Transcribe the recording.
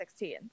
2016